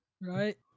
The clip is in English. Right